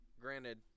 granted